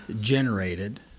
generated